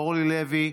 אורלי לוי,